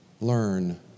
learn